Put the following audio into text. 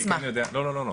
לא לא לא.